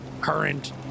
current